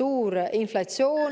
suur inflatsioon,